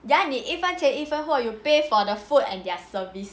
ya 你一分钱一分货 you pay for the food and their service